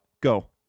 Go